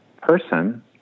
person